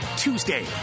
Tuesday